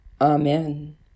amen